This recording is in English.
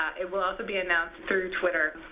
it will also be announced through twitter.